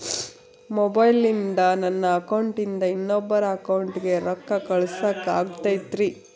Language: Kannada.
ಮೊಬೈಲಿಂದ ನನ್ನ ಅಕೌಂಟಿಂದ ಇನ್ನೊಬ್ಬರ ಅಕೌಂಟಿಗೆ ರೊಕ್ಕ ಕಳಸಾಕ ಆಗ್ತೈತ್ರಿ?